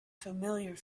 familiar